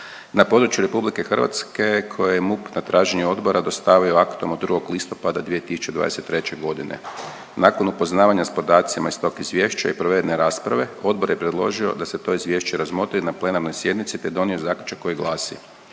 na području RH koje je MUP na traženje Odbora dostavio aktom od 2. listopada 2023. godine. Nakon upoznavanja s podacima iz tog izvješća i provedene rasprave, Odbor je predložio da se to izvješće razmotri na plenarnoj sjednici te je donio zaključak koji glasi: